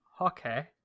Okay